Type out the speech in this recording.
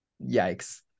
yikes